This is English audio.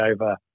over